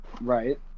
Right